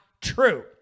true